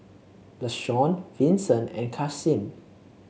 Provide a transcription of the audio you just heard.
Lashawn Vinson and Karsyn